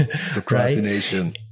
procrastination